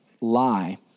lie